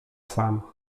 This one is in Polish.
sam